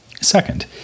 Second